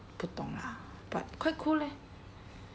不懂 lah but quite cool leh